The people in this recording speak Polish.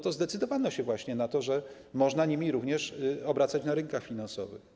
To zdecydowano się na to, że można nimi również obracać na rynkach finansowych.